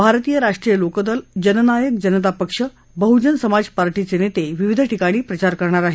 भारतीय राष्ट्रीय लोक दल जननायक जनता पक्ष बहूजन समाज पार्टीचे नेते विविध ठिकाणी प्रचार करणार आहेत